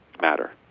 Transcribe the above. matter